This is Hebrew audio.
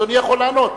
אדוני יכול לענות.